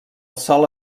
sol